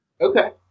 Okay